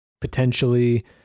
potentially